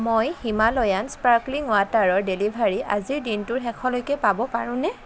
Himalayan sparkling ৱাটাৰৰ delivery আজিৰ দিনটোৰ শেষলৈকে পাব পাৰোঁনে